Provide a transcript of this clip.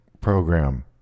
program